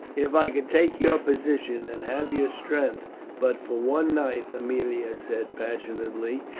if i could take your position, and have your strength but for one night, aemilia said passionately,